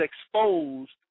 exposed